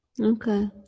Okay